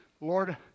Lord